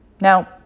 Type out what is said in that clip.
Now